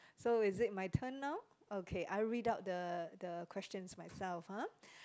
so is it my turn now okay I read out the the questions myself ha